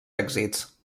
èxits